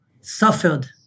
suffered